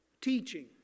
teaching